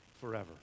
forever